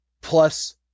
Plus